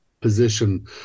position